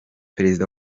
perezida